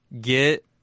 get